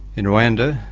in rwanda,